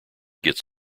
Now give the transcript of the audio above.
gets